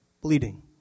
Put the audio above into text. bleeding